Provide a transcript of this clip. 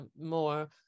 more